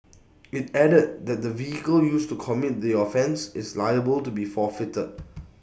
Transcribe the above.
IT added that the vehicle used to commit the offence is liable to be forfeited